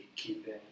keeping